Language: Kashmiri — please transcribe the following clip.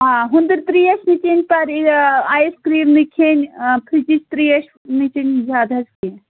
آ ہۅنٛدٕد ترٛیش نہٕ چیٚنۍ آیِس کریٖم نہٕ کھیٚنۍ فرٛیٚجِچ ترٛیش نہٕ چیٚنۍ زیادٕ حظ کیٚنٛہہ